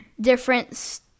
different